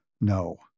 No